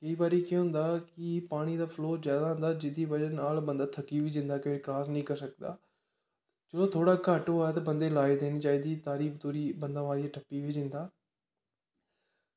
केंई बारी केह् होंदा कि पानीं दा फ्लो जादै होंदा जेह्दी बज़ह् कन्नै बंदा थक्की बी जंदा क्रास नी करी सकदा ओह् थोह्ड़ी घट्ट होऐ ता बंदे गी तां देनीं चाही दी तारी तूरा बंदा अग्गैं टप्पी बी जंदा